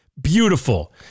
beautiful